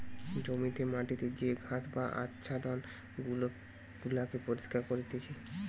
জমিতে মাটিতে যে ঘাস বা আচ্ছাদন গুলাকে পরিষ্কার করতিছে